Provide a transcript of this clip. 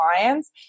clients